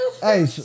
Hey